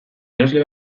erosle